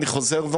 לכאורה,